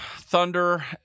Thunder